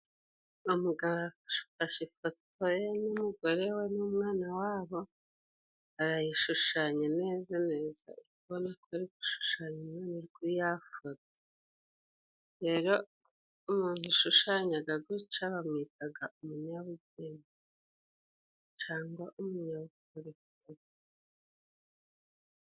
Umugabo afashe fashe ifoto ye n'umugore we n'umwana wabo arayishushanya neza neza, uri kubona ko ari gushushanya umwana kuri ya foto, rero umuntu ushushanyaga guca bamwitaga umunyabugeni cangwa umunyabukorikori.